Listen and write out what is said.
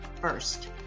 first